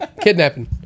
Kidnapping